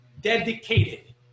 dedicated